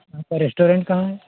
आपका रेस्टूरेंट कहाँ है